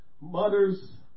mothers